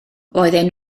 roedden